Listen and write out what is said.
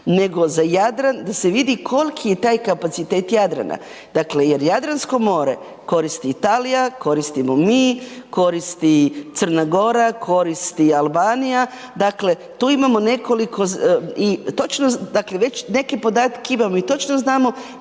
da se vidi koliki je taj kapacitet Jadrana. Dakle jer Jadransko more koristi Italija, koristimo mi, koristi Crna Gora, koristi Albanija, dakle, tu imamo nekoliko i točno, dakle već neke podatke i imamo i točno znamo